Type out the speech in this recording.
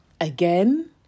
Again